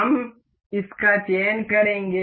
हम इसका चयन करेंगे